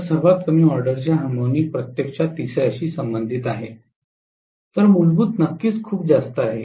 तर सर्वात कमी ऑर्डरचे हार्मोनिक प्रत्यक्षात तिसर्याशी संबंधित आहे तर मूलभूत नक्कीच खूप जास्त आहे